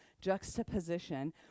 juxtaposition